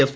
F